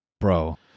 Bro